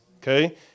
Okay